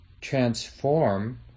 transform